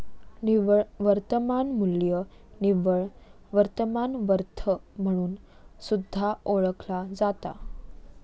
निव्वळ वर्तमान मू्ल्य निव्वळ वर्तमान वर्थ म्हणून सुद्धा ओळखला जाता